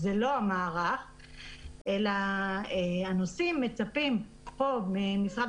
זה לא המערך אלא הנוסעים מצפים ממשרד